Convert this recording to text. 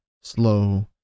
slow